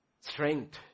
Strength